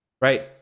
Right